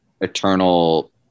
eternal